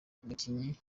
umukinnyi